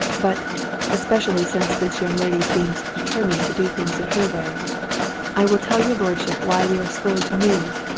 but especially since this young lady seems determined to do things in her way i will tell your lordship why we are slow to move.